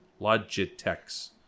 Logitechs